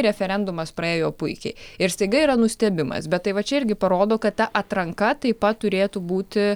referendumas praėjo puikiai ir staiga yra nustebimas bet tai va čia irgi parodo kad ta atranka taip pat turėtų būti